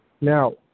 Now